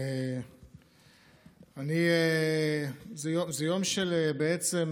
זה יום בעצם,